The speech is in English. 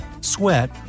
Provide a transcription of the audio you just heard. sweat